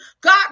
God